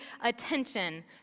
attention